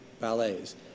ballets